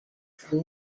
from